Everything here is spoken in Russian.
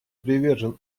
привержен